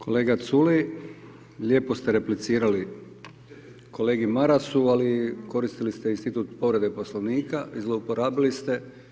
Kolega Culej, lijepo ste replicirali kolegi Marasu ali koristili ste institut povrede Poslovnika i zlouporabili ste.